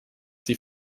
sie